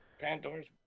Pandora's